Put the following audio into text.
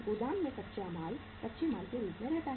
गोदाम में कच्चा माल कच्चे माल के रूप में रहता है